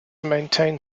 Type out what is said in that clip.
maintain